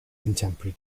contemporary